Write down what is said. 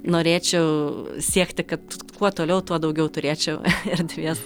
norėčiau siekti kad kuo toliau tuo daugiau turėčiau erdvės